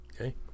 Okay